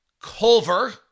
Culver